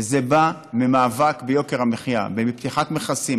וזה בא ממאבק ביוקר המחיה ומפתיחת מכסים.